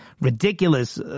ridiculous